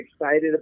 excited